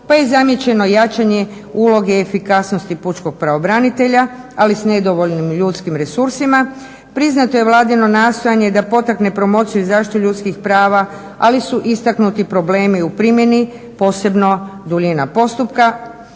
pa je zamijećeno jačanje uloge efikasnosti pučkog pravobranitelja, ali s nedovoljnim ljudskim resursima. Priznato je vladino nastojanje da potakne promociju i zaštitu ljudskih prava, ali su istaknuti problemi u primjeni posebno duljina postupka,